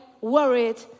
worried